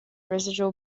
residual